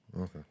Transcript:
Okay